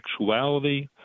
actuality